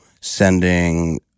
sending